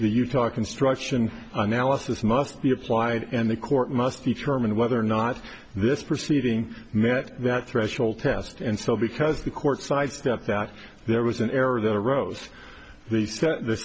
utah construction analysis must be applied and the court must determine whether or not this proceeding met that threshold test and so because the court sidestepped that there was an error that arose the